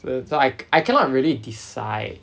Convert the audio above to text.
so so I cannot really decide